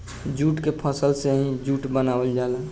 jute के फसल से ही जूट बनावल जाला